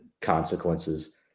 consequences